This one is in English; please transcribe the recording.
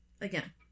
Again